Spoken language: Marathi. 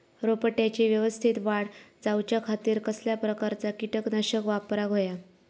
रोपट्याची यवस्तित वाढ जाऊच्या खातीर कसल्या प्रकारचा किटकनाशक वापराक होया?